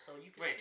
wait